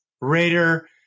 Raider